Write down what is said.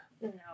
No